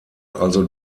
also